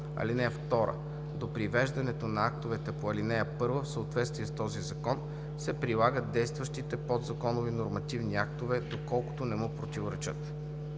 сила. (2) До привеждането на актовете по ал. 1 в съответствие с този закон се прилагат действащите подзаконови нормативни актове, доколкото не му противоречат“.